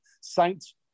Saints